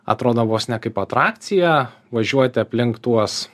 atrodo vos ne kaip atrakcija važiuoti aplink tuos